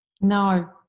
No